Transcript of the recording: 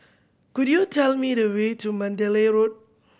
could you tell me the way to Mandalay Road